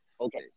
Okay